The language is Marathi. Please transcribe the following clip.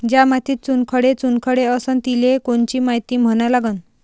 ज्या मातीत चुनखडे चुनखडे असन तिले कोनची माती म्हना लागन?